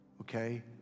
Okay